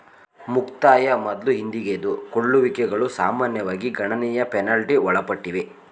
ಮುಕ್ತಾಯ ಮೊದ್ಲು ಹಿಂದೆಗೆದುಕೊಳ್ಳುವಿಕೆಗಳು ಸಾಮಾನ್ಯವಾಗಿ ಗಣನೀಯ ಪೆನಾಲ್ಟಿ ಒಳಪಟ್ಟಿವೆ